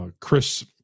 Chris